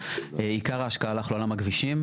עיקר ההשקעה הלך לעולם הכבישים,